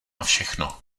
všechno